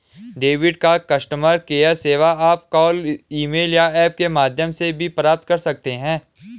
debit card customer care सेवा आप call email या ऐप के माध्यम से भी प्राप्त कर सकते हैं